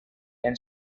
and